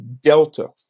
Delta